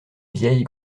vieille